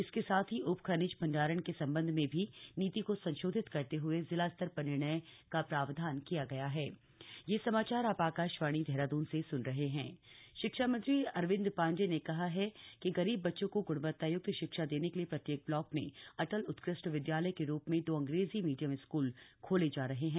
इसके साथ ही उपखनिज भंडारण के संबंध में भी नीति को संशोधित करते हुए जिलास्तर पर निर्णय का प्रावधान किया गया हण अटल उत्कष्ट विद्यालय शिक्षा मंत्री अरविंद पांडेय ने कहा है कि गरीब बच्चों को ग्णवत्ताय्क्त शिक्षा देने के लिए प्रत्येक ब्लॉक में अटल उत्कृष्ट विद्यालय के रूप में दो अंग्रेजी मीडियम स्कूल खोले जा रहे हैं